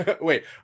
Wait